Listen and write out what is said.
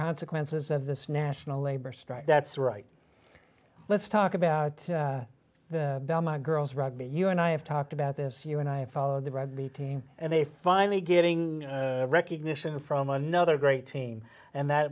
consequences of this national labor strike that's right let's talk about the my girls rugby you and i have talked about this you and i follow the rugby team and they finally getting recognition from another great team and that